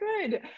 good